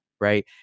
Right